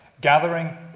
gathering